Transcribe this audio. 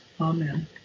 Amen